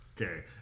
okay